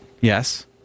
Yes